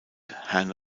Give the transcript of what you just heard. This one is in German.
herne